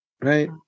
right